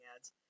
ads